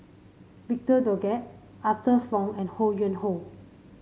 Victor Doggett Arthur Fong and Ho Yuen Hoe